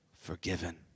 forgiven